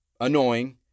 annoying